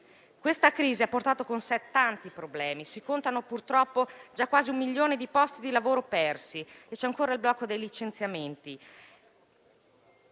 Questa crisi ha portato con sé tanti problemi, si contano purtroppo già quasi un milione di posti di lavoro persi e c'è ancora il blocco dei licenziamenti.